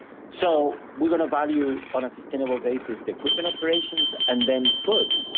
so we're gonna value on a sustainable basis the equipment operations and then put